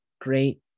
Great